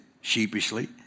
sheepishly